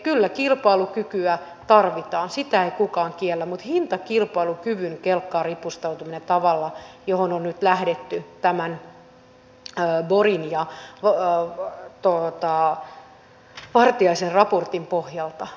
kyllä kilpailukykyä tarvitaan sitä ei kukaan kiellä mutta hintakilpailukyvyn kelkkaan ripustaudutaan tavalla johon on nyt lähdetty tämän borgin ja vartiaisen raportin pohjalta